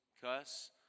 cuss